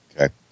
Okay